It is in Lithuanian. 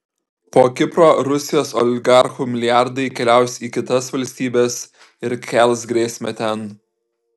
po kipro rusijos oligarchų milijardai keliaus į kitas valstybes ir kels grėsmę ten